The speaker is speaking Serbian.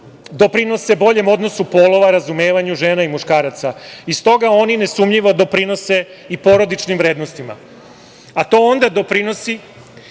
doprinose boljem odnosu polova, razumevanju žena i muškaraca. Stoga, oni ne sumnjivo doprinose i porodičnim vrednostima. To onda doprinosi